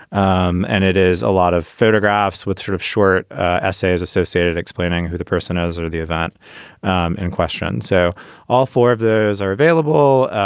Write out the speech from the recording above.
um and it is a lot of photographs with sort of short essays associated explaining who the person is or the event um in question. so all four of those are available.